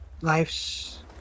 life's